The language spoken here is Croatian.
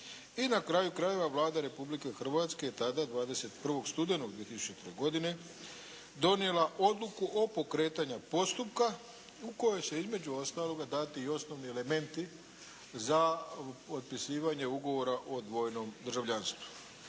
I na kraju krajeva Vlada Republike Hrvatske tata 21. studenoga 2000. godine donijela odluku o pokretanju postupka u kojoj su između ostaloga dati i osnovni elementi za potpisivanje ugovora o dvojnom državljanstvu.